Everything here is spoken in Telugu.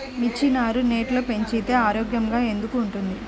మిర్చి నారు నెట్లో పెంచితే ఆరోగ్యంగా ఎందుకు ఉంటుంది?